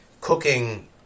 Cooking